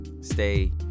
Stay